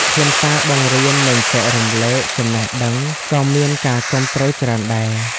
ខ្លឹមសារបង្រៀននិងចែករំលែកចំណេះដឹងក៏មានការគាំទ្រច្រើនដែរ។